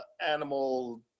animal